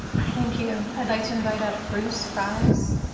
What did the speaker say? thank you. i'd like to invite up bruce fries.